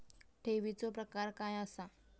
ठेवीचो प्रकार काय असा?